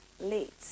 late